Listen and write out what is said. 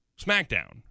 SmackDown